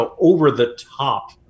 over-the-top